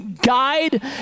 guide